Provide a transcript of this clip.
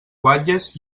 guatlles